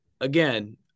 again